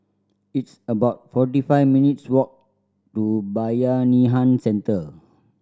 it's about forty five minutes' walk to Bayanihan Centre